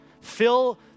fill